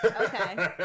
Okay